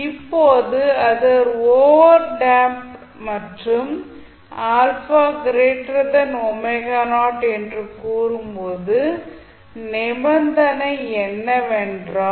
இப்போது அது overdamped மற்றும் என்று கூறும்போது நிபந்தனை என்னவென்றால்